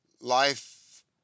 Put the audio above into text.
life